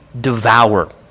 devour